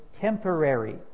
Temporary